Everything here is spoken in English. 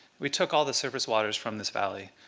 we took all the surface waters from this valley.